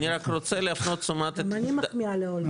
אני רק רוצה להפנות את תשומת ליבכם --- גם אני מחמיאה לאולגה.